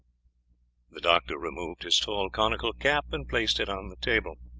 the doctor removed his tall conical cap, and placed it on the table.